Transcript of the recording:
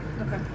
Okay